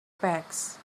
bags